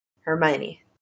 Hermione